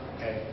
Okay